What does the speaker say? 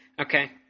Okay